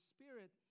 Spirit